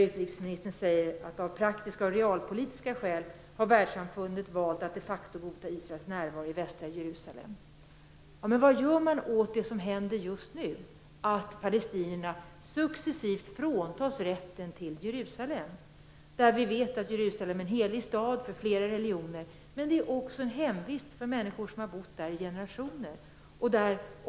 Utrikesministern säger att av praktiska och realpolitiska skäl har världssamfundet valt att de facto hota Israels närvaro i västra Jerusalem. Vad gör man åt det som händer just nu? Palestinierna fråntas successivt rätten till Jerusalem. Vi vet att Jerusalem är en helig stad för flera religioner, men det är också en hemvist för människor som har bott där i generationer.